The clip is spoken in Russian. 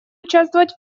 участвовать